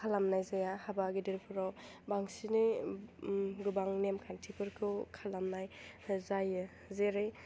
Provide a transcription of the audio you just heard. खालामनाय जाया हाबा गेदेरफोराव बांसिनै गोबां नेमखान्थिफोरखौ खालामनाय जायो जेरै